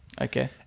Okay